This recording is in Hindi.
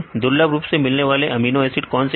दुर्लभ रूप से मिलने वाले अमीनो एसिड कौन से हैं